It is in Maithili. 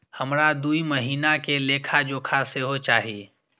हमरा दूय महीना के लेखा जोखा सेहो चाही